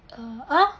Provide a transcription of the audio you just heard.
(uh huh)